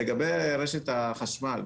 לגבי רשת החשמל,